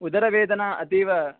उदरवेदना अतीव